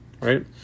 right